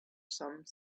some